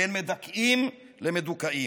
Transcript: בין מדכאים למדוכאים.